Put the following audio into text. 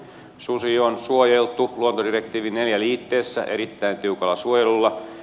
susi on suojeltu luontodirektiivin iv liitteessä erittäin tiukalla suojelulla